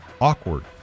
awkward